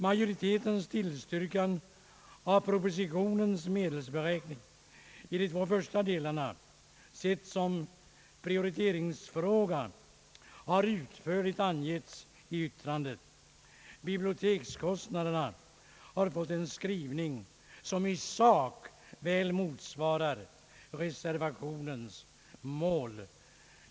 Majoritetens tillstyrkan av propositionens medelsberäkning i de två första delarna, sedd som Pprioriteringsfråga, har utförligt motiverats i yttrandet. Bibliotekskostnaderna har fått en skrivning som i sak väl motsvarar reservationens mål.